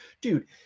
dude